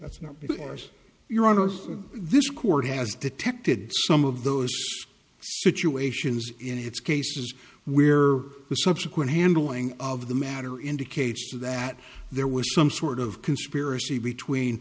that's not because ours your honor so this court has detected some of those situations in its cases where the subsequent handling of the matter indicates that there was some sort of conspiracy between